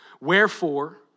Wherefore